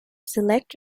select